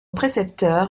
précepteur